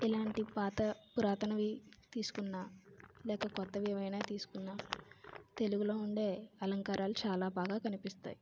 ఇలాంటి పాత పురాతనవి తీసుకున్నలేక కొత్తవి ఏమైన తీసుకున్న తెలుగులో ఉండే అలంకారాలు చాలా బాగా కనిపిస్తాయి